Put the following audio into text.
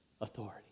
authority